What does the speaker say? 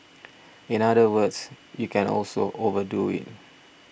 in other words you can also overdo it